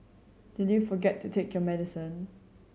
did you forget to take your medicine